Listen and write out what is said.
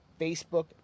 Facebook